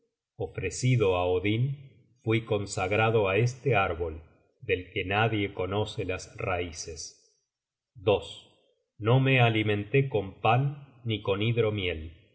ofrecido á odin fui consagrado á este árbol del que nadie conoce las raices no me alimenté con pan ni con hidromiel